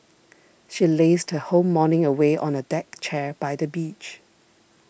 she lazed her whole morning away on a deck chair by the beach